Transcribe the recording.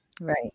Right